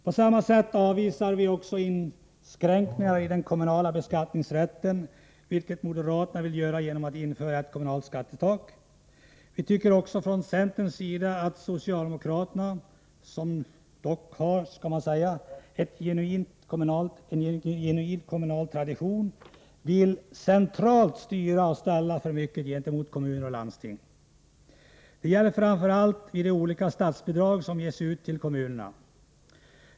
På samma sätt avvisar vi också sådana inskränkningar i den kommunala beskattningsrätten som moderaterna vill göra genom att införa ett kommunalt skattetak. Vi tycker också att socialdemokraterna —- som dock har en genuin kommunal tradition, det skall sägas — vill centralt styra och ställa för mycket gentemot kommuner och landsting. Det gäller framför allt i fråga om de olika statsbidrag som ges ut till kommunerna.